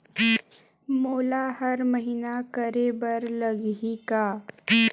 मोला हर महीना करे बर लगही का?